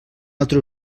altre